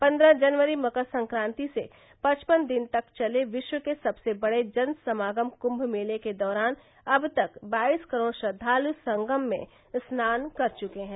पन्द्रह जनवरी मकरसंक्राति से पचपन दिन तक चले विश्व के सबसे बड़े जन समागम कुम्म मेले के दौरान अब तक बाईस करोड़ श्रद्वालु संगममें स्नान कर चुके हैं